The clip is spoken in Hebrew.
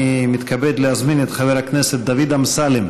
אני מתכבד להזמין את חבר הכנסת דוד אמסלם